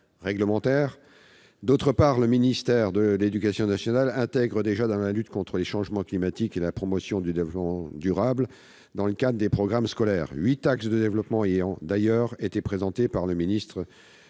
D'autre part, le ministère de l'éducation nationale intègre déjà la lutte contre les changements climatiques et la promotion du développement durable dans le cadre des programmes scolaires. Huit axes de développement ont d'ailleurs été présentés par le ministre